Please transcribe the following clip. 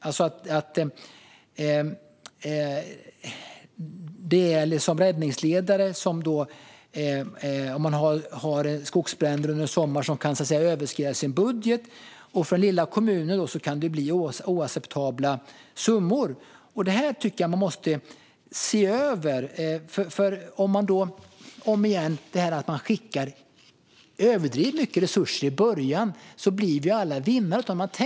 Räddningsledare kan överskrida sin budget om det uppstår skogsbränder under en sommar, och för små kommuner kan det bli oacceptabla summor. Jag tycker att man måste se över detta. Man skickar, återigen, överdrivet mycket resurser i början, så att vi alla ska bli vinnare.